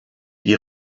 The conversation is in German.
die